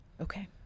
okay